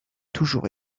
toujours